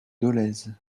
dolez